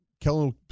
Kellen